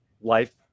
life